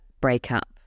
breakup